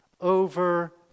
over